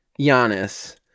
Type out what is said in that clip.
Giannis